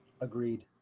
Agreed